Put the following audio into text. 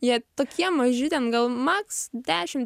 jie tokie maži ten gal maks dešim